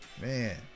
man